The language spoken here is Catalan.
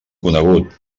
conegut